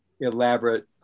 elaborate